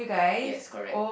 yes correct